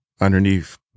underneath